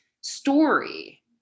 story